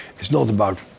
it's not about